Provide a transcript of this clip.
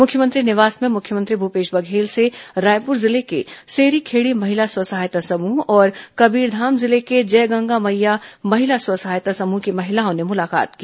मुख्यमंत्री निवास में मुख्यमंत्री भूपेश बघेल से रायपुर जिले के सेरीखेड़ी महिला स्व सहायता समूह और कबीरधाम जिले के जय गंगा मईया महिला स्व सहायता समूह की महिलाओं ने मुलाकात की